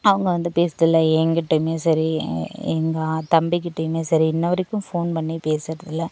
அவங்க வந்து பேசுவதில்ல எங்கிட்டயுமே சரி எங்கள் தம்பிக்கிட்டேயுமே சரி இன்றுவரைக்கும் ஃபோன் பண்ணி பேசுவதில்ல